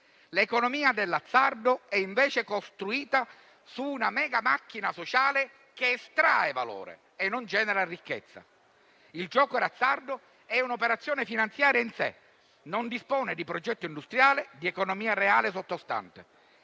L'economia dell'azzardo, invece, è costruita su una mega macchina sociale, che estrae valore e non genera ricchezza. Il gioco d'azzardo è un'operazione finanziaria in sé, non dispone di progetto industriale e di economia reale sottostante.